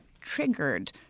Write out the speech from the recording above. triggered